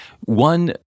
one